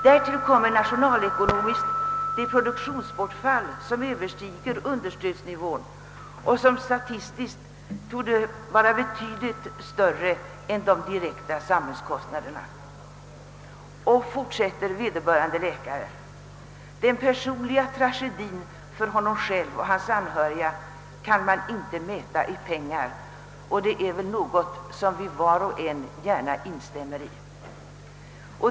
Därtill kommer nationalekonomiskt det produktionsbortfall, som överstiger understödsnivån och som statistiskt torde vara betydligt större än de direkta kostnaderna för samhället. Vederbörande läkare skrev vidare att den personliga tragedien för narkomanen själv och hans anhöriga inte kan mätas i pengar, ett konstaterande, som vi väl gärna var och en instämmer i.